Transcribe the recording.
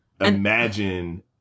imagine